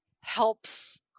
helps